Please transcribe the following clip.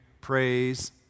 praise